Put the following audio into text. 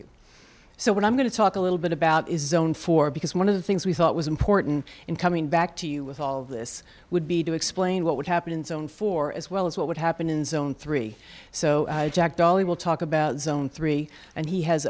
you so what i'm going to talk a little bit about is zone four because one of the things we thought was important in coming back to you with all of this would be to explain what would happen in zone four as well as what would happen in zone three so jack dollie will talk about zone three and he has